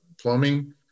plumbing